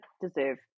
deserve